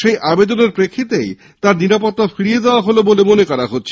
সেই আবেদনের প্রেক্ষিতে তার নিরাপত্তা ফিরিয়ে দেওয়া হলো বলে মনে করা হচ্ছে